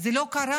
זה לא קרה,